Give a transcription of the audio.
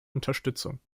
unterstützung